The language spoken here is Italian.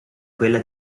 quella